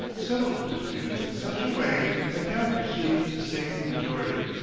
settled the disputes in such a way that taft received a safe majority.